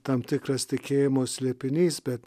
tam tikras tikėjimo slėpinys bet